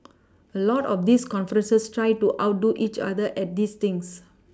a lot of these conferences try to outdo each other at these things